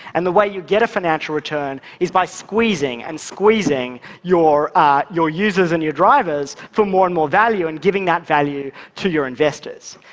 and they way you get a financial return is by squeezing and squeezing your your users and your drivers for more and more value and giving that value to your investors.